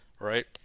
right